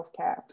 healthcare